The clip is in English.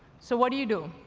so, what do you do?